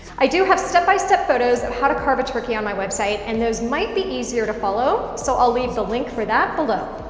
i do have step-by-step photos of how to carve a turkey on my website, and those might be easier to follow. so i'll leave the link for that below.